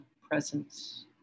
presence